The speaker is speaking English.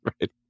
Right